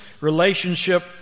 relationship